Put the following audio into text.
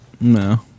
No